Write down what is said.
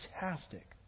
fantastic